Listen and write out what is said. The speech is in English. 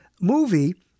movie